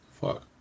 Fuck